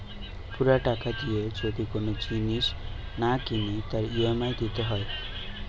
পুরা টাকা দিয়ে যদি কোন জিনিস না কিনে তার ই.এম.আই দিতে হয়